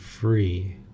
free